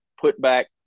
put-back